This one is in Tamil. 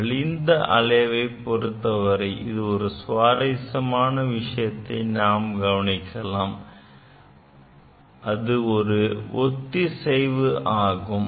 வலிந்த அலைவைப் பொறுத்தவரை ஒரு சுவாரஸ்யமான விஷயத்தை நாம் கவனிக்கலாம் அது ஒத்திசைவு ஆகும்